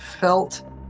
felt